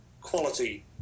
quality